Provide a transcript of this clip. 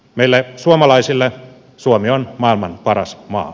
meille suomalaisille suomi on maailman paras maa